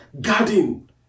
garden